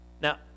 Now